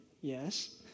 Yes